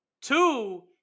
Two